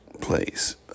place